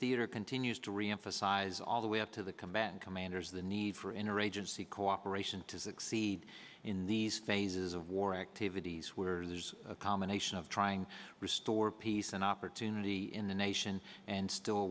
theater continues to reemphasize all the way up to the combatant commanders the need for inner agency cooperation to succeed in these phases of war activities where there's a combination of trying to restore peace and opportunity in the nation and still